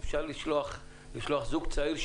אפשר לשלוח זוג צעיר,